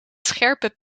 scherpe